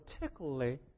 particularly